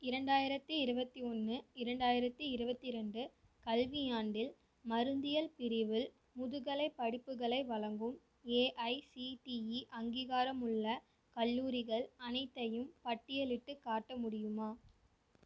இரண்டாயிரத்து இருபத்தி ஒன்று இரண்டாயிரத்து இருபத்தி ரெண்டு கல்வியாண்டில் மருந்தியல் பிரிவில் முதுகலைப் படிப்புகளை வழங்கும் ஏஐசிடிஇ அங்கீகாரமுள்ள கல்லூரிகள் அனைத்தையும் பட்டியலிட்டுக் காட்ட முடியுமா